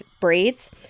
braids